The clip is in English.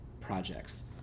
projects